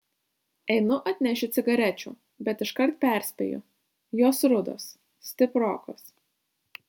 einu atnešiu cigarečių bet iškart perspėju jos rudos stiprokos